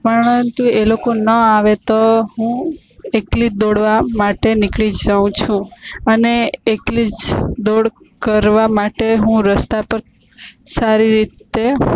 પરંતુ એ લોકો ના આવે તો હું એકલી જ દોડવા માટે નીકળી જાઉં છું અને એકલી જ દોડ કરવા માટે હું રસ્તા પર સારી રીતે